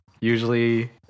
usually